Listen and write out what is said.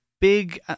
big